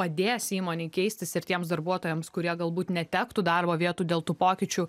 padės įmonei keistis ir tiems darbuotojams kurie galbūt netektų darbo vietų dėl tų pokyčių